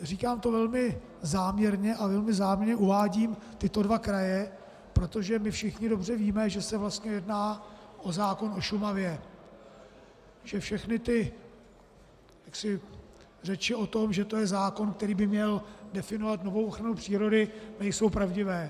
Říkám to velmi záměrně a velmi záměrně uvádím tyto dva kraje, protože my všichni dobře víme, že se vlastně jedná o zákon o Šumavě, že všechny ty řeči o tom, že to je zákon, který by měl definovat novou ochranu přírody, nejsou pravdivé.